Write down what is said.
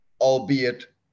albeit